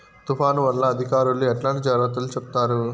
తుఫాను వల్ల అధికారులు ఎట్లాంటి జాగ్రత్తలు చెప్తారు?